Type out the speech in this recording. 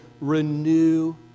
renew